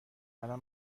الان